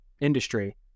industry